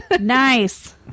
Nice